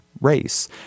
race